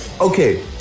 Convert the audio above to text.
Okay